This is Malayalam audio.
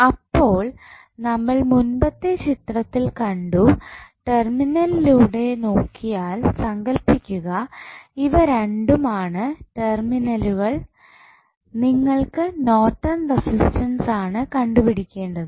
അപ്പോൾ നമ്മൾ മുൻപത്തെ ചിത്രത്തിൽ കണ്ടു ടെർമിന്നലിലൂടെ നോക്കിയാൽ സങ്കൽപിക്കുക ഇവ രണ്ടും ആണ് ടെർമിനലുകൾ നിങ്ങൾക്ക് നോർട്ടൺ റസിസ്റ്റൻസ് ആണ് കണ്ടുപിടിക്കേണ്ടത്